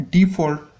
Default